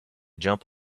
jump